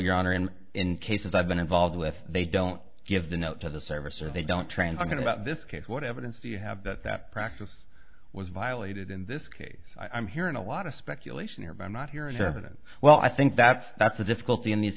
your honor him in cases i've been involved with they don't give the note to the service or they don't transfer going about this case what evidence do you have that that practice was violated in this case i'm hearing a lot of speculation here but i'm not hearing evidence well i think that's that's the difficulty in these